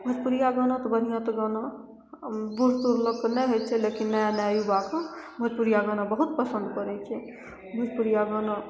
भोजपुरिया गाना तऽ बढ़िआँ तऽ गाना बूढ़ तुढ़ लोग लेकिन नया नया युवाके भोजपुरिया गाना बहुत पसन्द पड़ै छै भोजपुरिया गाना